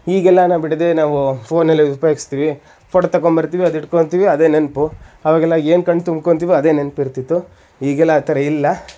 ಈಗೆಲ್ಲ ನಾವು ಬಿಡದೇ ನಾವು ಫೋನೆಲ್ಲ ಉಪಯೋಗಿಸ್ತೀವಿ ಫೋಟೋ ತೊಗೊಂಬರ್ತೀವಿ ಅದು ಇಟ್ಕೊತೀವಿ ಅದೇ ನೆನಪು ಆವಾಗೆಲ್ಲ ಏನು ಕಣ್ತುಂಬ್ಕೊತೀವಿ ಅದೇ ನೆನಪಿರ್ತಿತ್ತು ಈಗೆಲ್ಲ ಆ ಥರ ಇಲ್ಲ